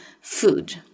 food